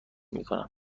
میکنم